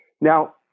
Now